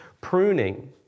Pruning